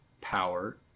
Power